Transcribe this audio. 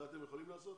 זה אתם יכולים לעשות?